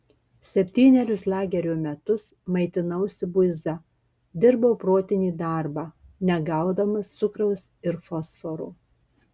septynerius lagerio metus maitinausi buiza dirbau protinį darbą negaudamas cukraus ir fosforo